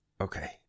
okay